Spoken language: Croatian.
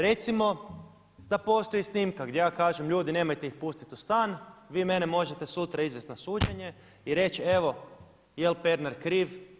Recimo da postoji snimka gdje ja kažem ljudi nemojte ih pustiti u stan vi možete mene sutra izvesti na suđenje i reći evo jel Pernar kriv?